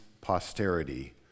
posterity